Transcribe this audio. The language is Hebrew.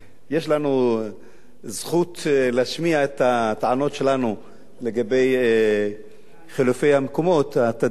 יש לנו זכות להשמיע את הטענות שלנו לגבי חילופי המקומות התדירים.